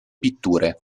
pitture